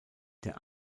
der